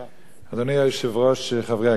אדוני היושב-ראש, חברי הכנסת,